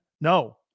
No